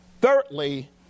Thirdly